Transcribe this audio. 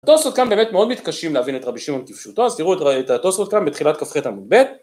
התוספות כאן באמת מאוד מתקשים להבין את רבי שמעון תפשוטו, אז תראו את התוספות כאן בתחילת כ"ח עמוד ב'